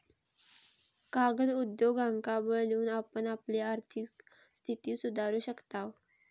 कागद उद्योगांका बळ देऊन आपण आपली आर्थिक स्थिती सुधारू शकताव